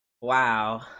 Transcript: Wow